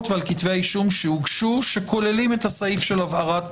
ועל כתבי האישום שהוגשו שכוללים את הסעיף של הבערת פסולת.